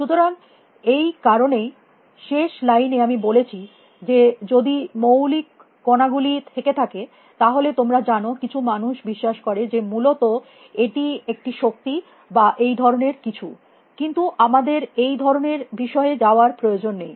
সুতরাং এই কারণেই শেষ লাইন এ আমি বলেছি যে যদি মৌলিক কণা গুলি থেকে থাকে তাহলে তোমরা জানো কিছু মানুষ বিশ্বাস করে যে মূলত এটি একটি শক্তি বা এই ধরনের কিছু কিন্তু আমাদের এই ধরনের বিষয়ে যাওয়ার প্রয়োজন নেই